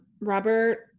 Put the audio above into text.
robert